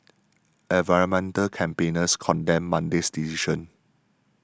environmental campaigners condemned Monday's decision